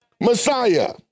Messiah